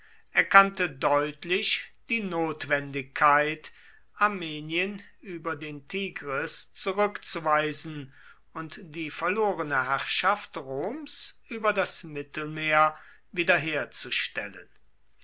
erkannte deutlich die notwendigkeit armenien über den tigris zurückzuweisen und die verlorene herrschaft roms über das mittelmeer wiederherzustellen